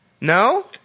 No